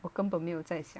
我根本没有在想